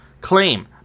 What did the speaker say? claim